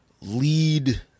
lead